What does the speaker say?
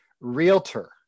Realtor